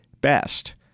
best